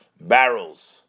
barrels